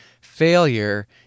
failure